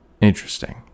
interesting